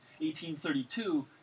1832